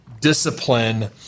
discipline